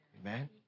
Amen